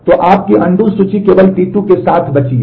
तो आपकी अनडू सूची केवल T2 के साथ बची है